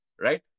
Right